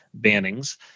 bannings